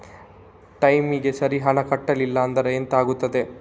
ಟೈಮಿಗೆ ಸರಿ ಹಣ ಕಟ್ಟಲಿಲ್ಲ ಅಂದ್ರೆ ಎಂಥ ಆಗುತ್ತೆ?